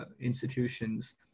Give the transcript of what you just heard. institutions